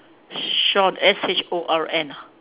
short S H O R N ah